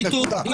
נקודה.